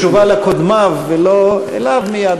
בתשובה לקודמיו ולא אליו מייד,